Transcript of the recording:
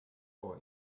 vor